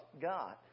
God